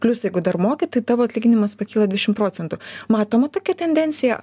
plius jeigu dar moki tai tavo atlyginimas pakilo dvdiešim procentų matoma tokia tendencija